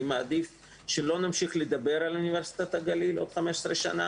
אני מעדיף שלא נמשיך לדבר על אוניברסיטת הגליל עוד 15 שנה